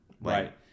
Right